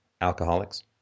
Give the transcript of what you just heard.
alcoholics